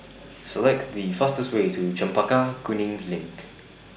Select The fastest Way to Chempaka Kuning LINK